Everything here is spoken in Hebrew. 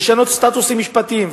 לשנות סטטוסים משפטיים.